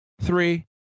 three